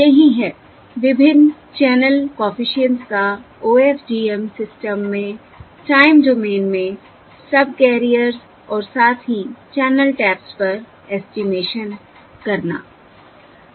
यही है विभिन्न चैनल कॉफिशिएंट्स का OFDM सिस्टम में टाइम डोमेन में सबकैरियर्स और साथ ही चैनल टैप्स पर ऐस्टीमेशन करता है